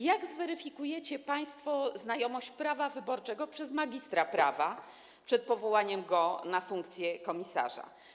Jak zweryfikujecie państwo znajomość prawa wyborczego przez magistra prawa przed powołaniem go na funkcję komisarza?